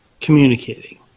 communicating